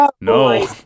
No